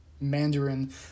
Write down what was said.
Mandarin